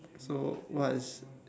so what's